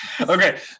okay